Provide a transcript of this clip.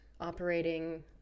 operating